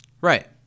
Right